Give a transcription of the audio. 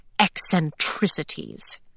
eccentricities